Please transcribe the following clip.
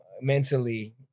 mentally